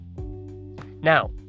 now